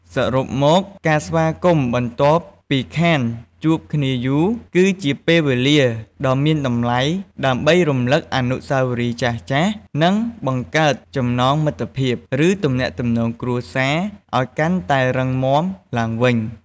សរុបមក ការស្វាគមន៍បន្ទាប់ពីខានជួបគ្នាយូរ គឺជាពេលវេលាដ៏មានតម្លៃដើម្បីរំលឹកអនុស្សាវរីយ៍ចាស់ៗ និងបង្កើតចំណងមិត្តភាព ឬទំនាក់ទំនងគ្រួសារឱ្យកាន់តែរឹងមាំឡើងវិញ។